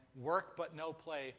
work-but-no-play